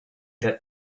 that